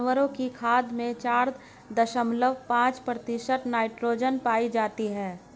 जानवरों की खाद में चार दशमलव पांच प्रतिशत नाइट्रोजन पाई जाती है